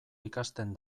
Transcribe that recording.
ikasten